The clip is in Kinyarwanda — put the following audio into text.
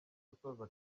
gusoza